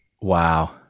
Wow